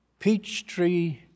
Peachtree